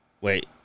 Wait